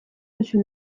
duzu